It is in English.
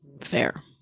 Fair